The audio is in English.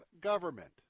government